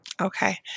Okay